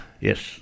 Yes